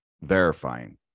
verifying